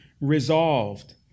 resolved